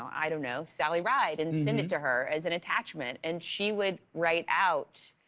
i don't know, sally ride and send it to her as an attachment, and she would write out